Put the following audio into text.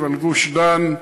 על גוש-דן,